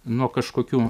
nuo kažkokių